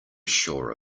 sure